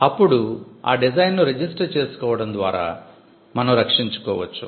అప్పుడు ఆ డిజైన్ను రిజిస్టర్ చేసుకోవడం ద్వారా మనం రక్షించుకోవచ్చు